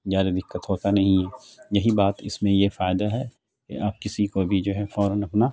زیادہ دقت ہوتا نہیں ہے یہی بات اس میں یہ فائدہ ہے کہ آپ کسی کو بھی جو ہے فوراً اپنا